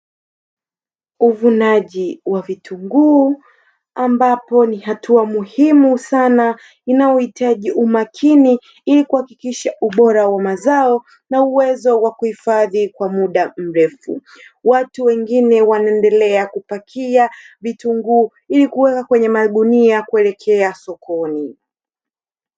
Uvunaji wa vitunguu ambapo ni hatua muhimu sana inayohitaji umakini ili kuhakikisha ubora wa mazao na uwezo wa kuhifadhi kwa muda mrefu. Watu wengine wanaendelea kupakia vitunguu ili kuweka kwenye magunia kuelekea sokoni.